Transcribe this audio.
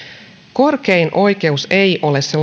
korkein oikeus ei ole se